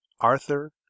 Arthur